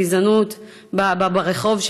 גזענות ברחוב,